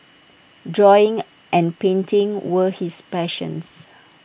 drawing and painting were his passions